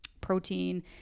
protein